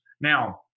Now